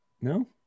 No